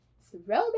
Throwback